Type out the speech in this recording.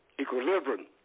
equilibrium